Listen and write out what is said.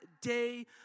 day